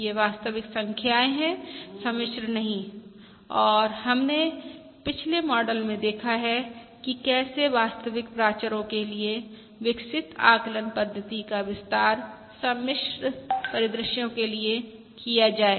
यह वास्तविक संख्याएँ हैं सम्मिश्र नहीं और हमने पिछले मॉडल में देखा है कि कैसे वास्तविक प्राचरो के लिए विकसित आकलन पद्धति का विस्तार सम्मिश्र परिदृश्यों के लिए किया जाए